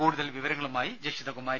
കൂടുതൽ വിവരങ്ങളുമായി ജഷിതകുമാരി